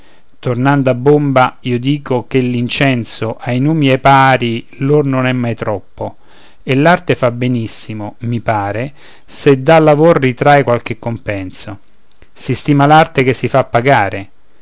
tornando a bomba io dico che l'incenso ai numi e ai pari lor non è mai troppo e l'arte fa benissimo mi pare se dal lavor ritrae qualche compenso si stima l'arte che si fa pagare